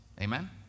Amen